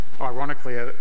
ironically